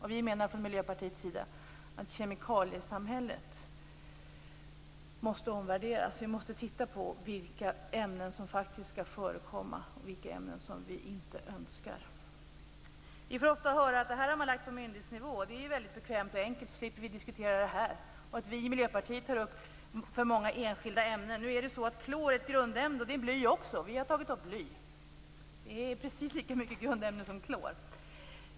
Vi menar från Miljöpartiets sida att kemikaliesamhället måste omvärderas. Vi måste titta på vilka ämnen som faktiskt skall få förekomma och vilka ämnen vi inte önskar. Vi får ofta höra att det här har man lagt på myndighetsnivå, och det är ju väldigt bekvämt och enkelt. Då slipper vi diskutera det här. Man säger också att vi i Miljöpartiet tar upp för många enskilda ämnen. Nu är det så att klor är ett grundämne och det är bly också. Vi har tagit upp bly. Det är precis lika mycket grundämne som klor.